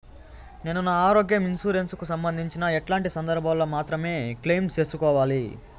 నేను నా ఆరోగ్య ఇన్సూరెన్సు కు సంబంధించి ఎట్లాంటి సందర్భాల్లో మాత్రమే క్లెయిమ్ సేసుకోవాలి?